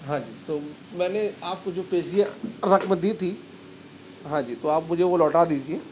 ہاں جی تو میں نے آپ کو جو پیشگی رقم دی تھی ہاں جی تو آپ مجھے وہ لوٹا دیجیے